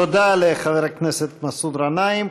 תודה לחבר הכנסת מסעוד גנאים.